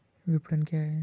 विपणन क्या है?